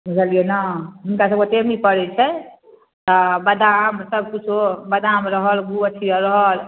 बुझलिए ने हुनकासबके टेमी पड़ै छै आओर बदाम सबकिछु बदाम रहल ओ अथी आओर रहल